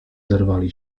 zerwali